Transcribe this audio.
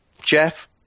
Jeff